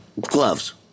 gloves